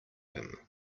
him